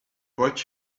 brought